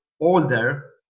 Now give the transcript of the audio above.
older